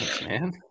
man